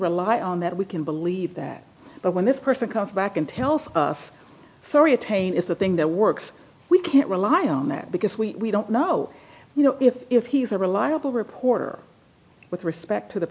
rely on that we can believe that but when this person comes back and tells us soriatane is the thing that works we can't rely on that because we don't know you know if he's a reliable reporter with respect to the